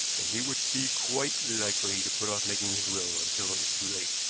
and he would be quite likely to put off making his will until it was too late.